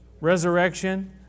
Resurrection